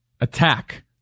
attack